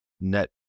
net